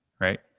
right